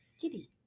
Kitty